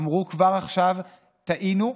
אמרו כבר עכשיו: טעינו,